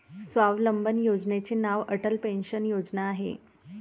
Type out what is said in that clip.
स्वावलंबन योजनेचे नाव अटल पेन्शन योजना आहे